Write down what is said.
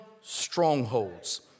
strongholds